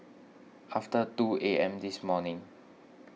after two A M this morning